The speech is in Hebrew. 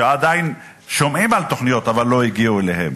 שעדיין שומעים על תוכניות אבל לא הגיעו אליהן.